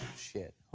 shit.